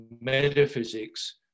metaphysics